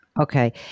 Okay